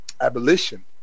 Abolition